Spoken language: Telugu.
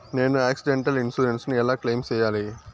నేను ఆక్సిడెంటల్ ఇన్సూరెన్సు ను ఎలా క్లెయిమ్ సేయాలి?